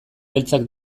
beltzak